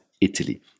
italy